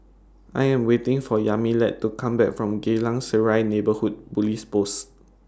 I Am waiting For Yamilet to Come Back from Geylang Serai Neighbourhood Police Post